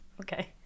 Okay